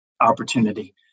opportunity